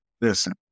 listen